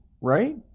right